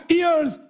ears